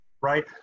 right